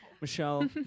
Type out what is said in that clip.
Michelle